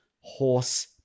Horse